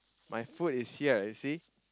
my food is here you see